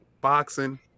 boxing